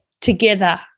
together